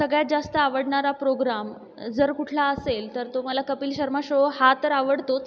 सगळ्यात जास्त आवडणारा प्रोग्राम जर कुठला असेल तर तो मला कपिल शर्मा शो हा तर आवडतोच